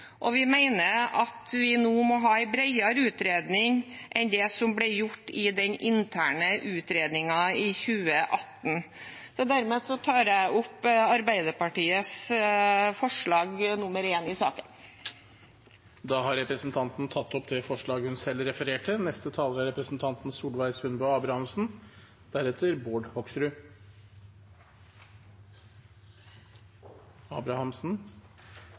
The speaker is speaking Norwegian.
og vi mener at vi nå må ha en bredere utredning enn det som ble gjort i den interne utredningen i 2018. Dermed tar jeg opp Arbeiderpartiets forslag, forslag nr. 1, i saken. Representanten Kirsti Leirtrø har tatt opp det forslaget hun refererte